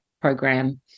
program